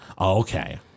Okay